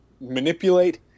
manipulate